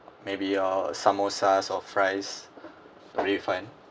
maybe uh samosas or fries will be fine